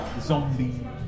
zombie